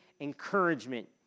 encouragement